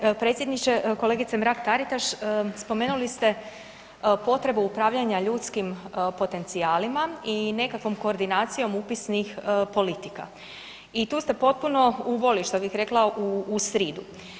Kolegice, predsjedniče, kolegice Mrak-Taritaš, spomenuli ste potrebu upravljanja ljudskim potencijalima i nekakvom koordinacijom upisnih politika i tu ste potpuno uboli, što bih rekla, u sridu.